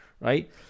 right